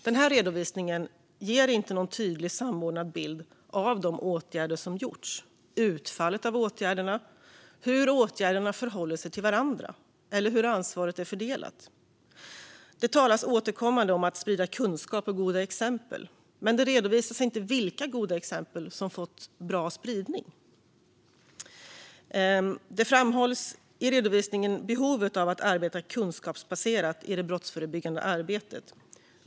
Denna redovisning ger inte någon tydlig och samordnad bild av de åtgärder som har gjorts - utfallet av åtgärderna, hur åtgärderna har förhållit sig till varandra eller hur ansvaret är fördelat. Det talas återkommande om att sprida kunskap och goda exempel. Men det redovisas inte vilka goda exempel som har fått bra spridning. I redovisningen framhålls behovet av att arbeta kunskapsbaserat i det brottsförebyggande arbetet.